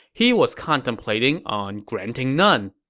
he was contemplating on granting none.